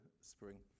spring